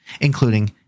including